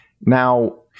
Now